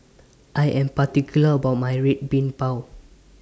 I Am particular about My Red Bean Bao